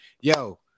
yo